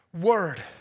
word